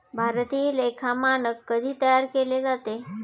भारतीय लेखा मानक कधी तयार केले जाते?